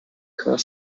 core